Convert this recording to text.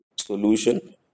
solution